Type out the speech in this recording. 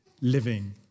living